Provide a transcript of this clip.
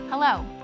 Hello